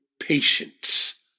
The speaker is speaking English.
patience